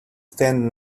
stand